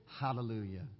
Hallelujah